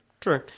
True